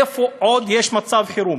איפה עוד יש מצב חירום?